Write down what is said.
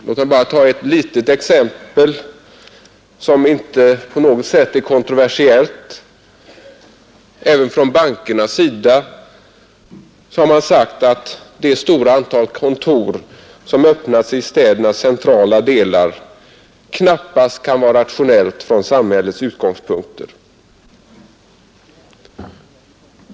Låt mig bara ta ett litet exempel som inte på något sätt är kontroversiellt. Även från bankernas sida har man sagt att det stora antal kontor som öppnats i städernas centrala delar knappast kan vara rationellt från samhällets utgångspunkter.